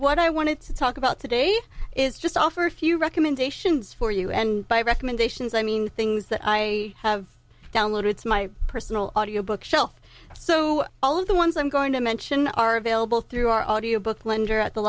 what i wanted to talk about today is just offer a few recommendations for you and by recommendations i mean things that i have downloaded it's my personal audio book shelf so all of the ones i'm going to mention are available through our audio book blender at the